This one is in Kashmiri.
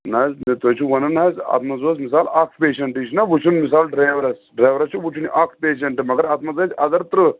نہ حظ نہ تُہۍ چھُ وَنان حظ اَتھ منٛز اوس مِثال اَکھ پیشَنٛٹ یہِ چھِنہ وٕچھُن مِثال ڈرٛیورَس ڈرٛیورَس چھُ وٕچھُن اَکھ پیشَنٹ مگر اَتھ منٛز ٲسۍ اَدَر تٕرٛہ